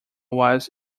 was